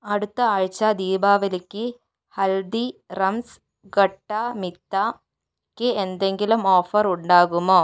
അടുത്ത ആഴ്ച ദീപാവലിക്ക് ഹൽദിറാംസ് ഖട്ടാ മീത്തയ്ക്ക് എന്തെങ്കിലും ഓഫർ ഉണ്ടാകുമോ